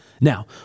Now